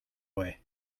way